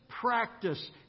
practice